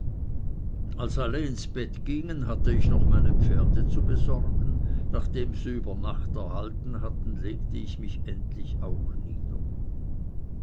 als alle ins bett gingen hatte ich noch meine pferde zu besorgen nachdem sie über nacht erhalten hatten legte ich mich endlich auch nieder